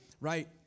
Right